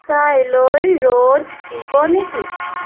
কাইলৈ ৰ'দ দিব নেকি